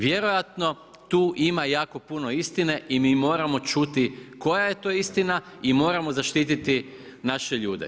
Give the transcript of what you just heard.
Vjerojatno, tu ima jako puno istine i mi moramo čuti koja je to istina i moramo zaštiti naše ljude.